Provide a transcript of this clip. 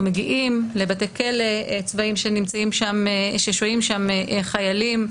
אנחנו מגיעים לבתי כלא צבאיים ששוהים בהם חיילים.